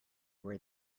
where